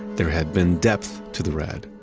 there had been depth to the red,